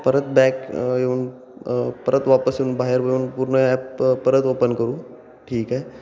परत बॅक येऊन परत वापस येऊन बाहेर येऊन पूर्ण ॲप परत ओपन करू ठीक आहे